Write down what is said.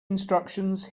instructions